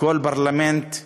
כל פרלמנט,